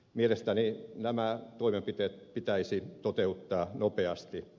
mielestäni nämä toimenpiteet pitäisi toteuttaa nopeasti